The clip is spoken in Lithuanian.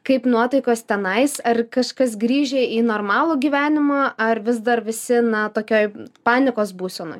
kaip nuotaikos tenais ar kažkas grįžę į normalų gyvenimą ar vis dar visi na tokioj panikos būsenoj